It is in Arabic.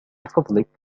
فضلك